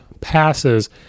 passes